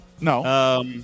No